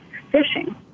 fishing